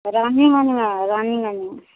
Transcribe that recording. रानीगञ्जमे रानीगञ्जमे